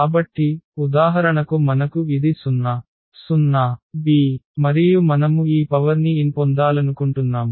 కాబట్టి ఉదాహరణకు మనకు ఇది 0 0 b మరియు మనము ఈ పవర్ని n పొందాలనుకుంటున్నాము